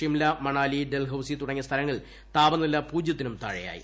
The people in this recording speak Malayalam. ഷിംല മണാലി ഡൽഹൌസി തുടങ്ങിയ സ്ഥലങ്ങളിൽ താപനില പൂജ്യത്തിനും താഴെയായി